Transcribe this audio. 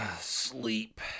Sleep